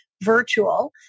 virtual